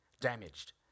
damaged